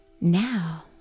Now